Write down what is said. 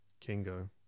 Kingo